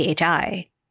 AHI